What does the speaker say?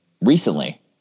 Recently